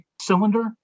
cylinder